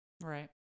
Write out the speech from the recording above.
Right